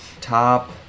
top